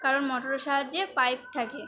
কারণ মোটরের সাহায্যে পাইপ থাকে